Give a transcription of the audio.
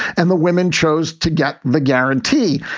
and the women chose to get the guarantee.